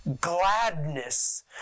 gladness